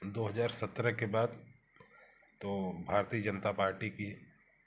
दो हज़ार सत्रह के बाद तो भारतीय जनता पार्टी की